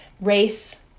race